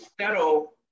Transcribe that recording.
settle